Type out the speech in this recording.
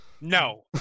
No